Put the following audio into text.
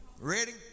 Ready